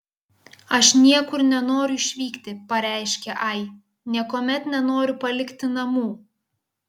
aš niekur nenoriu išvykti pareiškė ai niekuomet nenoriu palikti namų